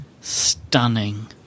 stunning